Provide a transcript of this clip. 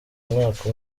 umwaka